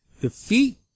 defeat